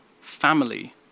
family